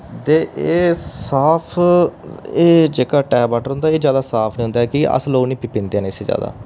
ते एह् साफ एह् जेह्का टैप वाटर होंदा एह् जैदा साफ निं होंदा कि अस लोग निं पींदे हैन इस्सी जैदा